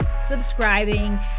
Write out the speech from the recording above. subscribing